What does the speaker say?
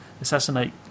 assassinate